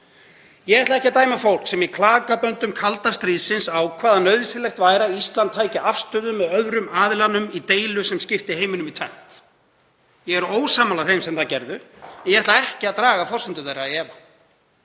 Ég ætla ekki að dæma fólk sem í klakaböndum kalda stríðsins ákvað að nauðsynlegt væri að Ísland tæki afstöðu með öðrum aðilanum í deilu sem skipti heiminum í tvennt. Ég er ósammála þeim sem það gerðu en ég ætla ekki að draga forsendur þeirra efa.